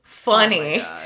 funny